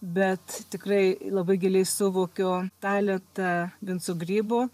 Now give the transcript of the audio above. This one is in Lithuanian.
bet tikrai labai giliai suvokiu talentą vinco grybo